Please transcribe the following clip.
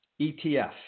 ETF